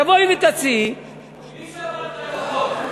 תבואי ותציעי, מי שבר את הלוחות?